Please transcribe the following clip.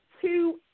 two